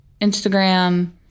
Instagram